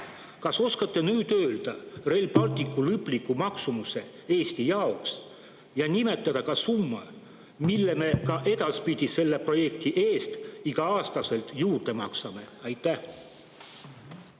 Kas oskate nüüd öelda Rail Balticu lõpliku maksumuse Eesti jaoks ja nimetada ka summa, mille me edaspidi selle projekti eest iga aasta juurde maksame? Aitäh!